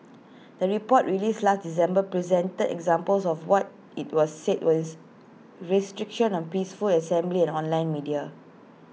the report released last December presented examples of what IT was said was restrictions on peaceful assembly and online media